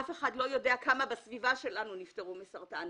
אף אחד לא יודע כמה אנשים בסביבה שלנו נפטרו מסרטן.